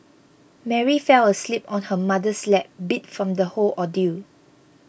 Mary fell asleep on her mother's lap beat from the whole ordeal